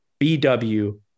BW